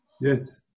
Yes